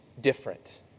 different